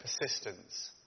persistence